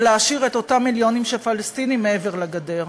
ולהשאיר את אותם מיליונים של פלסטינים מעבר לגדר.